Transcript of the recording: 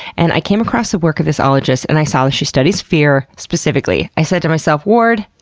and i came across the work of this ologist, and i saw that she studies fear specifically. i said to myself, ward,